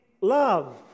love